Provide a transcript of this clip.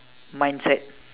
mind set